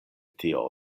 tio